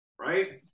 right